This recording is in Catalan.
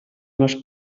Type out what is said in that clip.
les